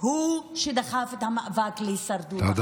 הוא שדחף את המאבק להישרדות החוק הזה.